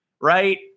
Right